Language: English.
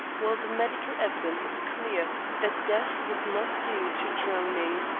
while the medical evidence is clear that death was not due to drowning.